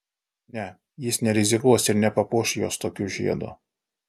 ne jis nerizikuos ir nepapuoš jos tokiu žiedu